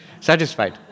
satisfied